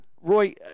Roy